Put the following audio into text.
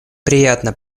приятно